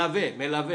לא.